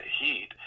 heat